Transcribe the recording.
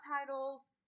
titles